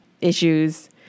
issues